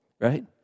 right